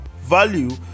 value